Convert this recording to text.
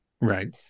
Right